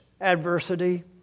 adversity